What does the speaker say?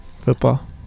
Football